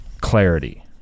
clarity